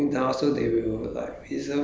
I mean email to them ah so that they know